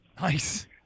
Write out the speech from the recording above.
Nice